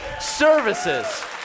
services